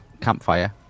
campfire